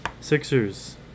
Sixers